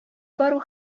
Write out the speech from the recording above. бару